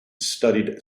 studied